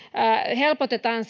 helpotetaan